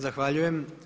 Zahvaljujem.